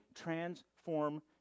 transform